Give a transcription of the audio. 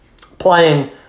playing